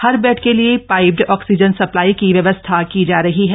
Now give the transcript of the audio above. हर bed के लिए piped oxygen supply की व्यवस्था की जा रही है